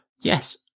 yes